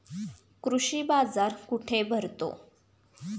कृषी बाजार कुठे भरतो?